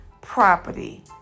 property